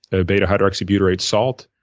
a beta hydroxybutyrate salt,